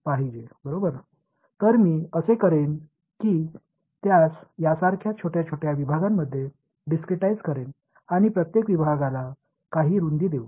எனவே நான் என்ன செய்வேன் என்றால் இதை நான் சிறிய பகுதிகளாக பிரித்து ஒவ்வொரு பிரிவிலும் சிறிது அகலத்தைக் கொண்டிருக்கிறேன்